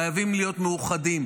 חייבים להיות מאוחדים.